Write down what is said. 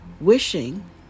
wishing